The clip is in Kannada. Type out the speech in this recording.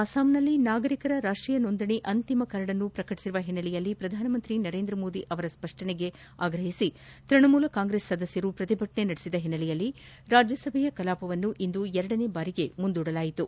ಅಸ್ಸಾಂನಲ್ಲಿ ನಾಗರಿಕರ ರಾಷ್ಟೀಯ ನೋಂದಣಿ ಅಂತಿಮ ಕರಡನ್ನ ಪ್ರಕಟಿಸಿರುವ ಕುರಿತಂತೆ ಪ್ರಧಾನಮಂತ್ರಿ ನರೇಂದ್ರ ಮೋದಿ ಅವರ ಸ್ಪಷ್ಷನೆ ಆಗ್ರಹಿಸಿ ತ್ವಣಮೂಲ ಕಾಂಗ್ರೆಸ್ ಸದಸ್ಯರು ಪ್ರತಿಭಟನೆ ನಡೆಸಿದ ಹಿನ್ನೆಲೆಯಲ್ಲಿ ರಾಜ್ಲಸಭೆ ಕಲಾಪವನ್ನು ಇಂದು ಎರಡನೇ ಬಾರಿ ಮುಂದೂಡಲಾಯಿತು